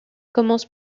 commence